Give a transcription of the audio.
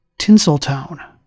Tinseltown